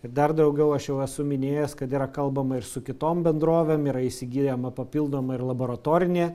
ir dar daugiau aš jau esu minėjęs kad yra kalbama ir su kitom bendrovėm yra įsigyjama papildoma laboratorinė